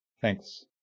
Thanks